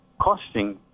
costing